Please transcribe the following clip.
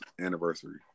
anniversary